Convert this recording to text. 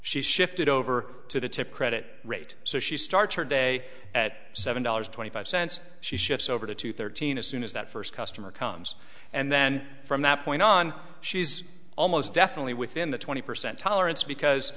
she's shifted over to the tip credit rate so she starts her day at seven dollars twenty five cents she shifts over to two thirteen as soon as that first customer comes and then from that point on she's almost definitely within the twenty percent tolerance because